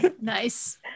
Nice